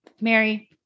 Mary